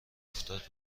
افتاده